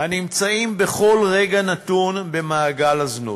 הנמצאים בכל רגע נתון במעגל הזנות.